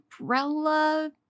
umbrella